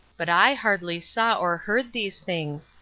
but i hardly saw or heard these things,